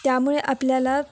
त्यामुळे आपल्याला